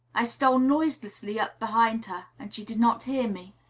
i stole noiselessly up behind her, and she did not hear me.